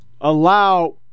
allow